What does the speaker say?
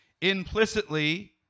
implicitly